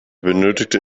benötigte